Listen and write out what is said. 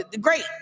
great